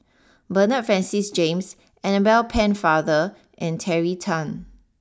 Bernard Francis James Annabel Pennefather and Terry Tan